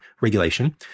regulation